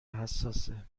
حساسه